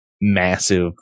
massive